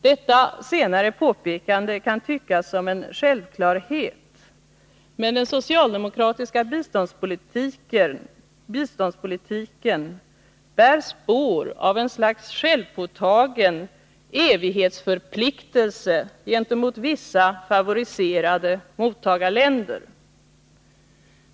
Detta senare påpekande kan tyckas som en självklarhet, men den socialdemokratiska biståndspolitiken bär spår av ett slags självpåtagen evighetsförpliktelse gentemot vissa favoriserade mottagarländer.